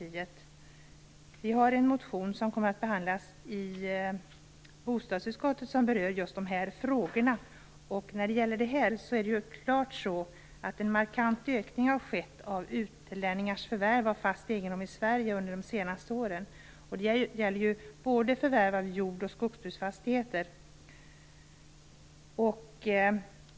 Vi har väckt en motion som berör just de här frågorna och som kommer att behandlas i bostadsutskottet. Det har under de senaste åren skett en markant ökning av utlänningars förvärv av fast egendom i Sverige. Det gäller beträffande förvärv av både jordbruksfastigheter och skogsbruksfastigheter.